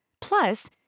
Plus